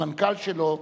המנכ"ל שלו,